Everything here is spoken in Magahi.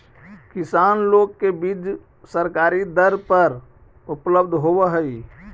किसान लोग के बीज सरकारी दर पर उपलब्ध होवऽ हई